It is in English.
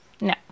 No